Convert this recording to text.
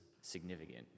significant